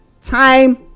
time